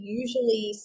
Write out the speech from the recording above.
usually